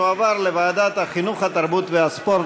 התשע"ז 2017, לוועדת החינוך, התרבות והספורט